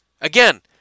Again